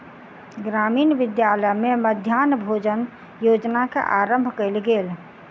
ग्रामीण विद्यालय में मध्याह्न भोजन योजना के आरम्भ कयल गेल